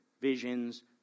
visions